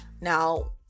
now